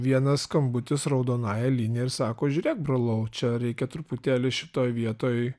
vienas skambutis raudonąja linija ir sako žiūrėk brolau čia reikia truputėlį šitoj vietoj